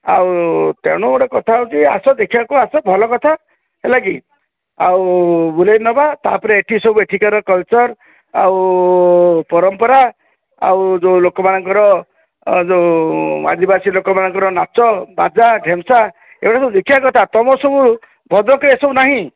ଆଉ ତେଣୁ ଗୋଟେ କଥା ହେଉଛି ଆସ ଦେଖିବାକୁ ଆସ ଭଲ କଥା ହେଲାକି ଆଉ ବୁଲାଇ ନେବା ତା'ପରେ ସବୁ ଏଠି ସବୁ ଏଠିକାର କଲଚର୍ ଆଉ ପରମ୍ପରା ଆଉ ଯେଉଁ ଲୋକ ମାନଙ୍କର ଆଉ ଯେଉଁ ଆଦିବାସୀ ଲୋକ ମାନଙ୍କର ନାଚ ବାଜା ଢେମଚା ଏଗୁଡ଼ା ସବୁ ଦେଖିବା କଥା ତମର ସବୁ ଭଦ୍ରକରେ ଏସବୁ ନାହିଁ